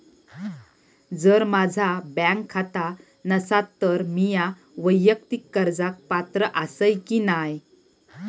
जर माझा बँक खाता नसात तर मीया वैयक्तिक कर्जाक पात्र आसय की नाय?